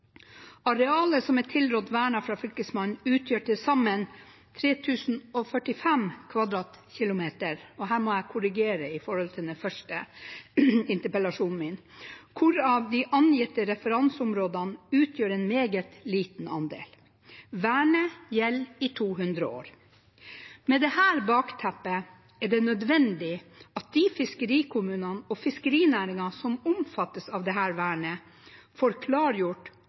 Arealet som er tilrådd vernet fra Fylkesmannen, utgjør til sammen 3 045 km 2 – og her må jeg korrigere i forhold til interpellasjonsteksten min – hvorav de angitte referanseområdene utgjør en meget liten andel. Vernet gjelder i 200 år. Med dette bakteppet er det nødvendig at de fiskerikommunene og den fiskerinæringen som omfattes av dette vernet, får klargjort